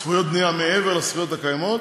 זכויות בנייה מעבר לזכויות הקיימות,